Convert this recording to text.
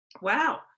Wow